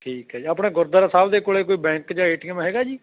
ਠੀਕ ਹੈ ਜੀ ਆਪਣਾ ਗੁਰਦੁਆਰਾ ਸਾਹਿਬ ਦੇ ਕੋਲ ਕੋਈ ਬੈਂਕ ਜਾਂ ਏ ਟੀ ਐਮ ਹੈਗਾ ਜੀ